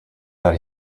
that